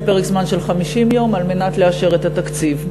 פרק זמן של 50 יום על מנת לאשר את התקציב.